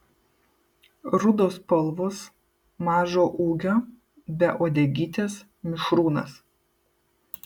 rudos spalvos mažo ūgio be uodegytės mišrūnas